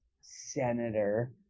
senator